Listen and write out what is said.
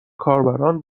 کاربران